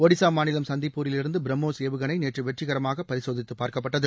ஒடிசா மாநிலம் சந்திப்பூரிலிருந்து பிரம்மோஸ் ஏவுகணை நேற்று வெற்றிகரமாக பரிசோதித்து பார்க்கப்பட்டது